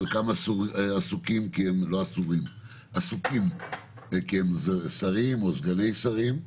חלקם עסוקים כי הם שרים וסגני שרים,